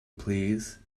please